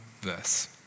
verse